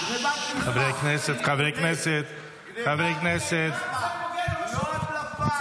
גנבת מסמך, לא הדלפה.